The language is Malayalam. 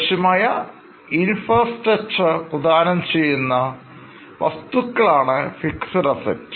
ആവശ്യമായ Infrastructure പ്രധാനം ചെയ്യുന്ന വസ്തുക്കളാണ് Fixed Assets